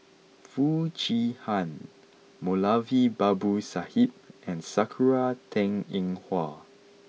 Foo Chee Han Moulavi Babu Sahib and Sakura Teng Ying Hua